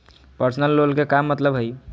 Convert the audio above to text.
Personal loan के का मतलब हई?